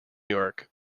york